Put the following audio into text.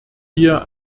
wir